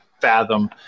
fathom